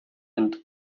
and